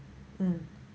mm